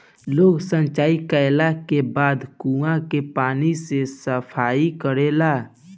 लोग सॉच कैला के बाद कुओं के पानी से सफाई करेलन